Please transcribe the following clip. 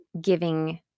giving